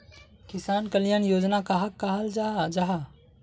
किसान कल्याण योजना कहाक कहाल जाहा जाहा?